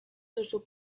duzu